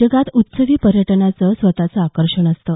जगात उत्सवी पर्यटनाचं स्वतःचं आकर्षण असतं